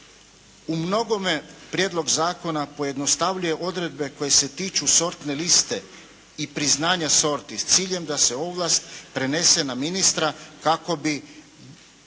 U mnogome Prijedlog zakona pojednostavljuje odredbe koje se tiču sortne liste i priznanja sorti s ciljem da se ovlast prenese na ministra kako bi